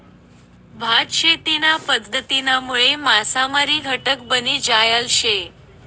भात शेतीना पध्दतीनामुळे मासामारी घटक बनी जायल शे